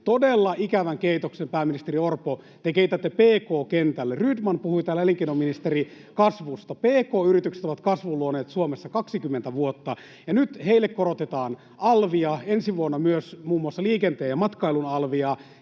Todella ikävän keitoksen, pääministeri Orpo, te keitätte pk-kentälle. [Vilhelm Junnila: Mikä vaihtoehto on?] Elinkeinoministeri Rydman puhui täällä kasvusta. Pk-yritykset ovat kasvun luoneet Suomessa 20 vuotta, ja nyt heille korotetaan alvia, ensi vuonna myös muun muassa liikenteen ja matkailun alvia,